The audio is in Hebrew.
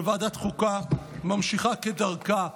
שוועדת החוקה ממשיכה כדרכה,